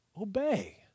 obey